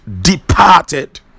departed